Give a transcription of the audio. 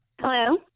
Hello